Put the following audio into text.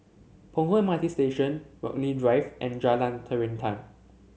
Punggol M R T Station Burghley Drive and Jalan Terentang